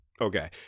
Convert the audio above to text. Okay